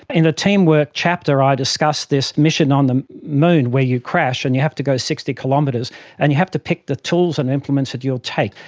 in the teamwork chapter i discuss this mission on the moon where you crash and you have to go sixty km um but and you have to pick the tools and implements that you'll take.